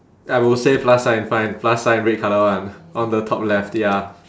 I will say plus sign fine plus sign red colour [one] on the top left ya